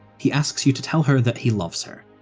he asks you to tell her that he loves her,